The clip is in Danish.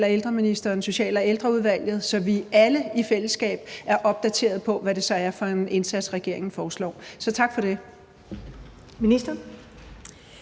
og ældreministeren og Social- og Ældreudvalget, så vi alle i fællesskab er opdateret på, hvad det så er for en indsats, regeringen foreslår. Så tak for det. Kl.